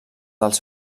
dels